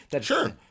Sure